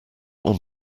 want